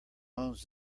owns